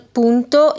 punto